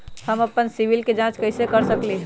हम अपन सिबिल के जाँच कइसे कर सकली ह?